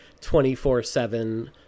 24-7